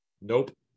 Nope